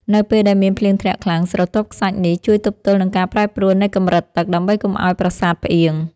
នៅពេលដែលមានភ្លៀងធ្លាក់ខ្លាំង ស្រទាប់ខ្សាច់នេះជួយទប់ទល់នឹងការប្រែប្រួលនៃកម្រិតទឹក ដើម្បីកុំឱ្យប្រាសាទផ្អៀង។